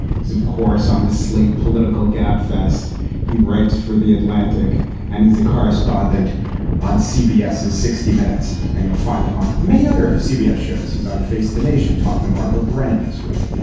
he's, of course, on the slate political gabfest he writes for the atlantic and he's a correspondent on cbs sixty minutes. and you'll find them on many other cbs shows. he's on face the nation talking to margaret brennan this week.